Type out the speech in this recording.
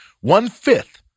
One-fifth